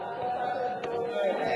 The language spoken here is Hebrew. הממשלה הזאת הקפיאה את ההחלטה של הדיור הציבורי,